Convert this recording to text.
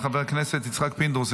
חבר הכנסת יצחק פינדרוס,